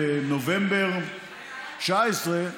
בנובמבר 2019,